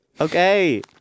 Okay